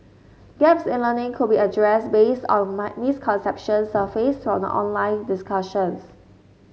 gaps in learning could be addressed based on my misconceptions surfaced from the online discussions